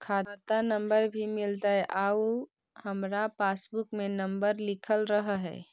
खाता नंबर भी मिलतै आउ हमरा पासबुक में नंबर लिखल रह है?